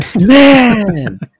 man